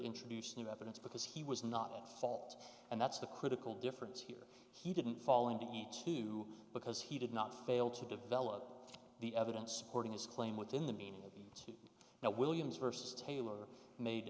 introduce new evidence because he was not at fault and that's the critical difference here he didn't fall into each issue because he did not fail to develop the evidence supporting his claim within the meaning of the now williams vs tailor made